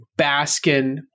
Baskin